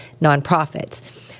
nonprofits